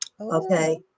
Okay